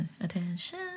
attention